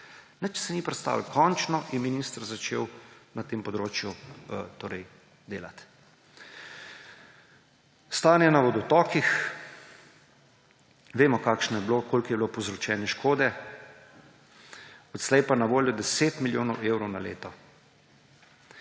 Nič se ni premaknilo. Končno je minister začel na tem področju delati. Stanje na vodotokih. Vemo, kakšno je bilo, koliko je bilo povzročene škode. Odslej je pa na voljo 10 milijonov evrov na leto.